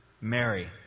Mary